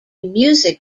music